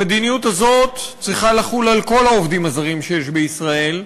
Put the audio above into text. המדיניות הזאת צריכה לחול על כל העובדים הזרים שיש בישראל,